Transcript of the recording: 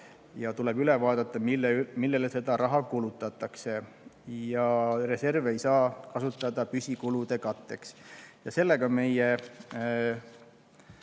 tuleb üle vaadata, millele seda raha kulutatakse. Reserve ei saa kasutada püsikulude katteks. Sellega